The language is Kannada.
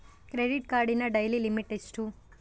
ಕ್ರೆಡಿಟ್ ಕಾರ್ಡಿನ ಡೈಲಿ ಲಿಮಿಟ್ ಎಷ್ಟು?